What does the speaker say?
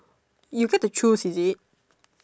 you get to choose is it